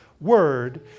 word